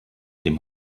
dem